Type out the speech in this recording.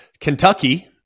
Kentucky